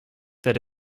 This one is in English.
that